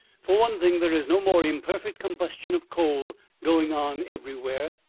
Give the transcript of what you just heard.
for one thing, there is no more imperfect combustion of coal going on everywhere,